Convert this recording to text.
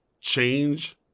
change